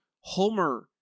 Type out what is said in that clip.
Homer –